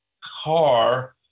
car